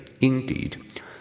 Indeed